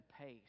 pace